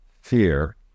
fear